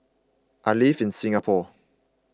I live in Singapore